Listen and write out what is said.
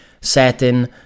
setting